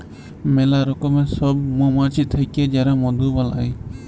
ম্যালা রকমের সব মমাছি থাক্যে যারা মধু বালাই